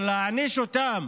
אבל להעניש אותם